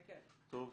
כן, כן.